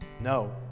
No